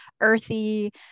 earthy